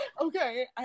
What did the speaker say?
Okay